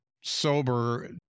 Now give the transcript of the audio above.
sober